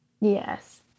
Yes